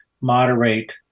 moderate